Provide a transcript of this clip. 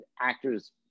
actors